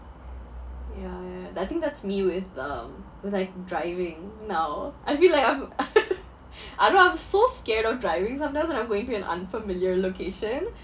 yeah uh I think that's me with um with like driving now I feel like I'm I don't know I'm so scared of driving sometimes when I'm going to an unfamiliar location